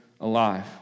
alive